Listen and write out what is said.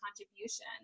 contribution